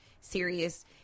serious